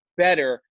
better